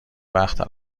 وقت